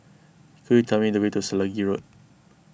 could you tell me the way to Selegie Road